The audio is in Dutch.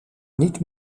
niet